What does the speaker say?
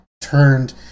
turned